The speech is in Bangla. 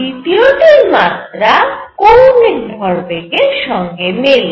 দ্বিতিয়টির মাত্রা কৌণিক ভরবেগের সঙ্গে মেলে